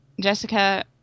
Jessica